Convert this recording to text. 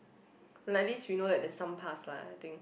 like at least we know that there's some past lah I think